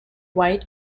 white